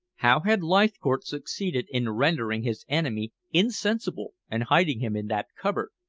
how had leithcourt succeeded in rendering his enemy insensible and hiding him in that cupboard?